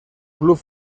club